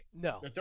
No